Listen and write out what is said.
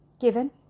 given